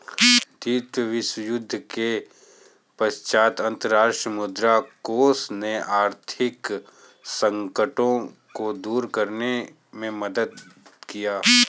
द्वितीय विश्वयुद्ध के पश्चात अंतर्राष्ट्रीय मुद्रा कोष ने आर्थिक संकटों को दूर करने में मदद किया